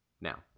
Now